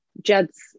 Jed's